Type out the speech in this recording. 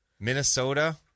Minnesota